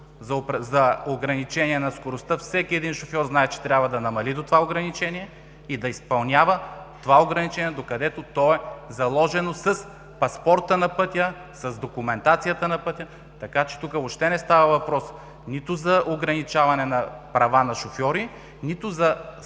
за ограничение на скоростта, всеки един шофьор знае, че трябва да намали до това ограничение и да го изпълнява, докъдето то е заложено с паспорта на пътя, с документацията на пътя. Така че тук въобще не става въпрос нито за ограничаване на права на шофьори, нито за